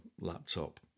laptop